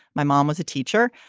my mom was a teacher.